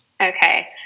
Okay